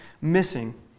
missing